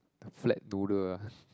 flat noodle ah